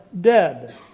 dead